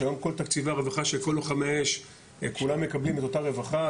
היום כל תקציבי הרווחה של לוחמי האש כולם מקבלים את אותה רווחה.